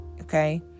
Okay